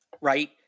right